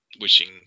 wishing